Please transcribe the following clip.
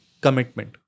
commitment